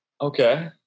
Okay